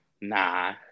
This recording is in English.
Nah